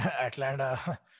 Atlanta